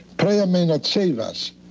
prayer may not save us,